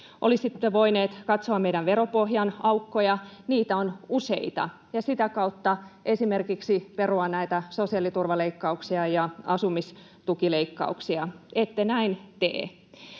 Olisitte voineet katsoa meidän veropohjamme aukkoja, niitä on useita, ja sitä kautta esimerkiksi perua näitä sosiaaliturvaleikkauksia ja asumistukileikkauksia — näin ette